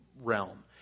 realm